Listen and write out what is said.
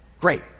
Great